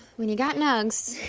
when you got nugs,